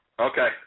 Okay